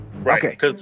Right